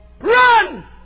run